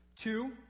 Two